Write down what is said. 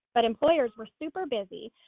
but employers were super busy,